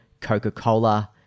Coca-Cola